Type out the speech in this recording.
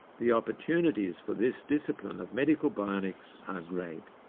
the opportunities for this discipline of medical bionics are great,